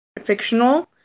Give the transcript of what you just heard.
fictional